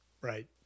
Right